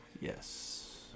Yes